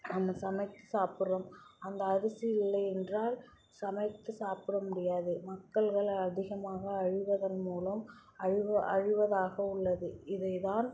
நம்ம சமைச்சு சாப்பிட்றோம் அந்த அரிசி இல்லை என்றால் சமைத்து சாப்பிட முடியாது மக்கள்கள் அதிகமாக அழிவதன் மூலம் அழிவு அழிவதாக உள்ளது இதை தான்